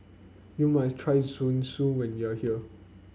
you must try Zosui when you are here